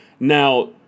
Now